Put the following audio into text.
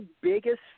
biggest